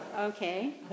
Okay